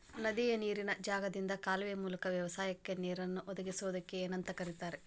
ನದಿಯ ನೇರಿನ ಜಾಗದಿಂದ ಕಾಲುವೆಯ ಮೂಲಕ ವ್ಯವಸಾಯಕ್ಕ ನೇರನ್ನು ಒದಗಿಸುವುದಕ್ಕ ಏನಂತ ಕರಿತಾರೇ?